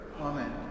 Amen